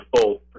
full